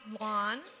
lawn